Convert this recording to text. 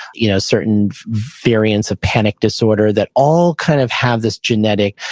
you know certain variants of panic disorder that all kind of have this genetic,